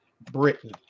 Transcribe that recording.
Britain